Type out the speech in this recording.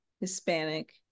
Hispanic